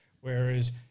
whereas